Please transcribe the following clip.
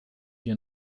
hier